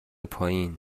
پایین